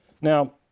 Now